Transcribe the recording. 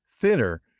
thinner